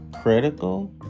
critical